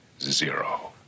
zero